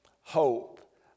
hope